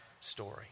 story